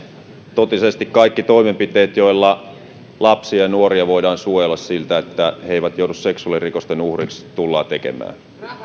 totisesti kaikki toimenpiteet joilla lapsia ja nuoria voidaan suojella siltä että hei eivät joudu seksuaalirikosten uhriksi tullaan tekemään